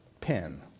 pen